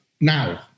now